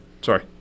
Sorry